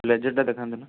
blazer ଟା ଦେଖାନ୍ତୁ ନା